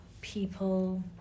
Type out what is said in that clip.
people